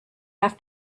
have